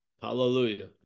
Hallelujah